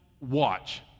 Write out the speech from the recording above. Watch